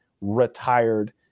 retired